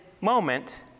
moment